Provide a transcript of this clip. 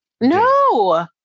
No